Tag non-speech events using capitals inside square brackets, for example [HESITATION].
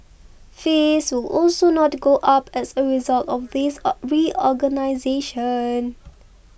fees will also not go up as a result of this [HESITATION] reorganisation